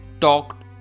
talked